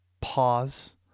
pause